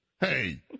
Hey